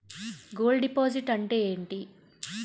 Gold deposit అంతే ఎంటి?